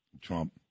Trump